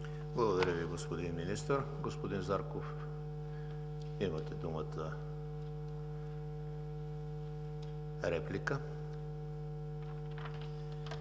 Благодаря Ви, господин Министър. Господин Зарков, имате думата за реплика.